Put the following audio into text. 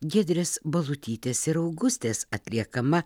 giedrės balutytės ir augustės atliekama